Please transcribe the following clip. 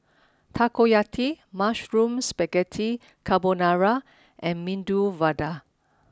Takoyaki Mushroom Spaghetti Carbonara and Medu Vada